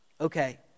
Okay